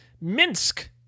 Minsk